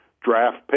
draft